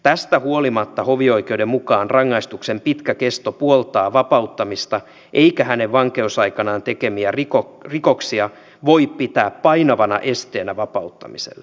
tästä huolimatta hovioikeuden mukaan rangaistuksen pitkä kesto puoltaa vapauttamista eikä hänen vankeusaikanaan tekemiä rikoksia voi pitää painavana esteenä vapauttamiselle